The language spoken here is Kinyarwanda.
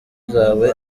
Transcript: zawe